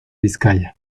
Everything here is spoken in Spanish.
vizcaya